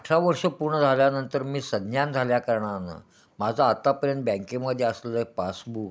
अठरा वर्ष पूर्ण झाल्यानंतर मी सज्ञान झाल्याकारणानं माझं आतापर्यंत बँकेमध्ये असलेलं पासबुक